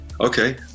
okay